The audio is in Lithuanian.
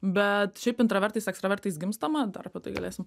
bet šiaip intravertais ekstravertais gimstama dar apie tai galėsim